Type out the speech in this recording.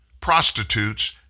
prostitutes